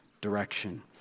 direction